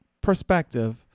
perspective